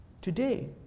today